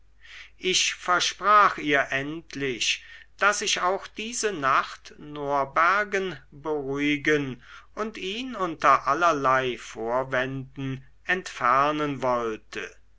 ich versprach ihr endlich daß ich auch diese nacht norbergen beruhigen und ihn unter allerlei vorwänden entfernen wollte